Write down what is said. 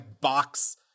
box